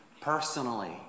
personally